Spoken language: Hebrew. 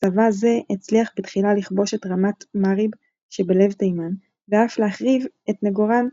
צבא זה הצליח בתחילה לכבוש את רמת מארב שבלב תימן ואף להחריב את נגראן,